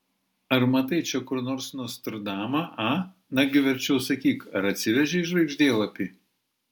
ar matai čia kur nors nostradamą a nagi verčiau sakyk ar atsivežei žvaigždėlapį